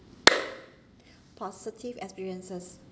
positive experiences